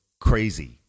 crazy